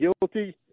guilty